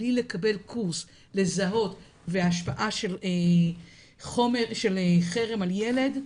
בלי לקבל קורס לזהות השפעה של חרם על ילד,